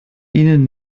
ihnen